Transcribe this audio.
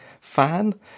fan